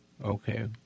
Okay